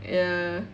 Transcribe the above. ya